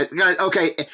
Okay